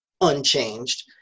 unchanged